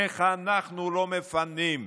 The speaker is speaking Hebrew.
איך אנחנו לא מפנים.